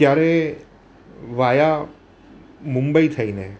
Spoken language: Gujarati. ત્યારે વાયા મુંબઈ થઈને